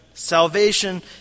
Salvation